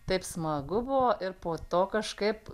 taip smagu buvo ir po to kažkaip